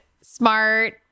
smart